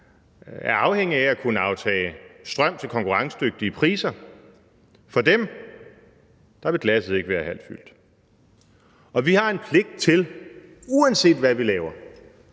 er afhængige af at kunne aftage strøm til konkurrencedygtige priser, at glasset ikke vil være halvt fyldt. Vi har en pligt til, uanset hvad vi laver